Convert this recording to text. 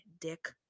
dick